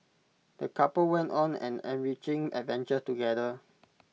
the couple went on an enriching adventure together